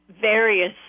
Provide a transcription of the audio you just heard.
various